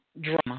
Drama